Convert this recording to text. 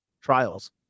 trials